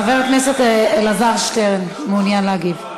חבר הכנסת אלעזר שטרן מעוניין להגיב.